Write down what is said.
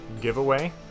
giveaway